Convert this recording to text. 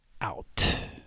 out